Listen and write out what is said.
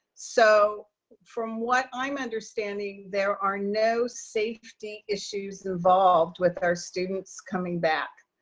so from what i'm understanding, there are no safety issues involved with our students coming back.